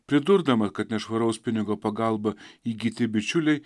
pridurdama kad nešvaraus pinigo pagalba įgyti bičiuliai